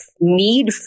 need